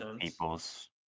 people's